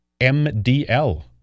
MDL